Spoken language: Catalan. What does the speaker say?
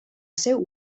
seu